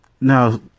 now